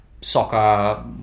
soccer